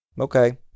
Okay